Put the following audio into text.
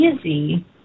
easy